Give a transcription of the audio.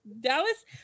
Dallas